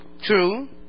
true